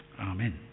amen